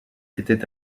était